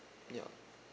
ya